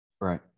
Right